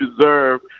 deserve